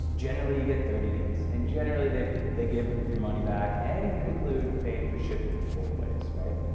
generally you get thirty days. and generally they they give your money back and even include paying for shipping both ways, right?